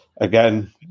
Again